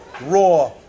raw